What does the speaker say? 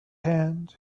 hand